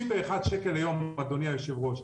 61 שקל ליום אדוני היושב-ראש.